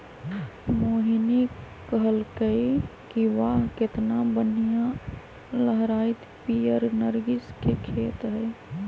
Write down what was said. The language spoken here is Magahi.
मोहिनी कहलकई कि वाह केतना बनिहा लहराईत पीयर नर्गिस के खेत हई